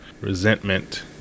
resentment